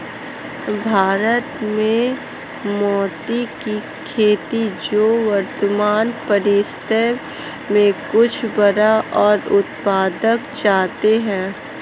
भारत में मोती की खेती जो वर्तमान परिदृश्य में कुछ बड़ा और उत्पादक चाहते हैं